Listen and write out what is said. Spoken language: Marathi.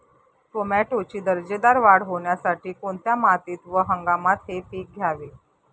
टोमॅटोची दर्जेदार वाढ होण्यासाठी कोणत्या मातीत व हंगामात हे पीक घ्यावे?